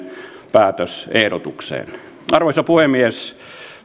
päätösehdotukseen arvoisa puhemies